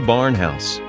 Barnhouse